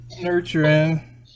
nurturing